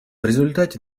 результате